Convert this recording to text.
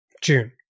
June